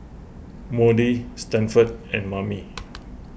Maudie Stanford and Mammie